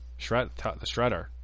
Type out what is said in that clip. shredder